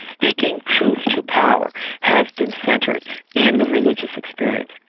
speaking truth to power, has been centred in the religious experience.